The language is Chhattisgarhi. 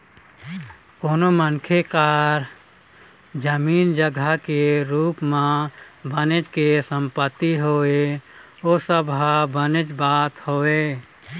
कोनो मनखे करा जमीन जघा के रुप म बनेच के संपत्ति हवय ओ सब ह बने बात हवय